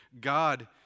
God